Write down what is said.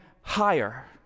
higher